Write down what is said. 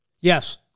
Yes